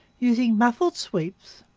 using muffled sweeps,